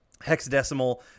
hexadecimal